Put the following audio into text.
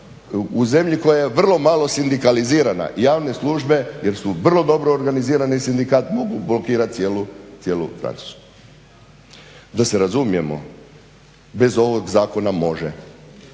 u zemlji koja je vrlo malo sindikalizirana, javne službe jer su vrlo dobro organizirane sindikat, mogu blokirat cijelu Francusku. Da se razumijemo bez ovog zakona može,